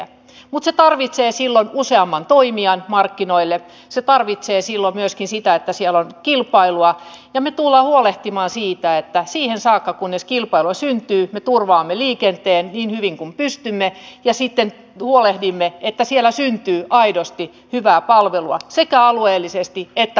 mutta se tarvitsee silloin useamman toimijan markkinoille se tarvitsee silloin myöskin sitä että siellä on kilpailua ja me tulemme huolehtimaan siitä että siihen saakka kunnes kilpailua syntyy me turvaamme liikenteen niin hyvin kuin pystymme ja sitten huolehdimme että siellä syntyy aidosti hyvää palvelua sekä alueellisesti että valtaverkossa